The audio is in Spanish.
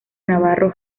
navarro